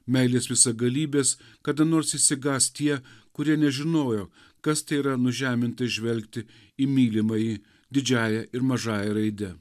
meilės visagalybės kada nors išsigąs tie kurie nežinojo kas tai yra nužemintai žvelgti į mylimąjį didžiąja ir mažąja raide